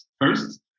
first